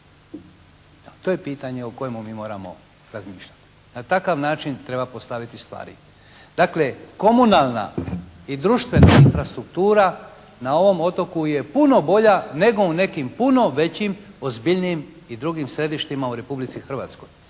To je pitanje o kojemu mi moramo razmišljati. Na takav način treba postaviti stvari. Dakle, komunalna i društvena infrastruktura na ovom otoku je puno bolja nego u nekim puno većim, ozbiljnijim i drugim središtima u Republici Hrvatskoj.